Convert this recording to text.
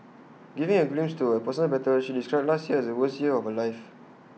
giving A glimpse to A personal battles she described last year as the worst year of her life